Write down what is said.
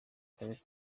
karere